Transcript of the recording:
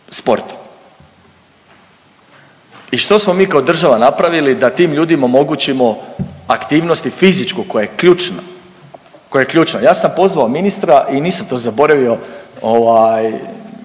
sportom. I što smo mi kao država napravili da tim ljudima omogućimo aktivnost fizičku koja je ključna, koja je ključna. Ja sam pozvao ministra i nisam to zaboravio,